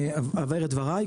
אני אבהיר את דבריי,